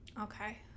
Okay